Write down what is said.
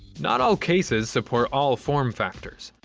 not all cases support all form factors,